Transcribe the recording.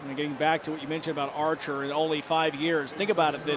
getting back to what you mentioned about archer. and only five years. think about it,